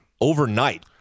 overnight